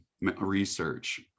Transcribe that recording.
research